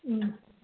ம்